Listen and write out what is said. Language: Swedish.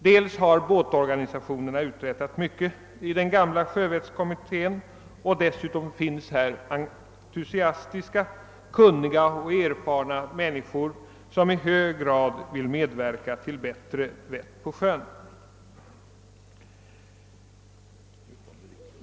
Dels har båtorganisationernas företrädare uträttat mycket i den gamla sjörättskommittén, dels finns här entusiastiska, kunniga och erfarna människor som gärna vill medverka till att skapa bättre vett på sjön.